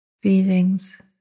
feelings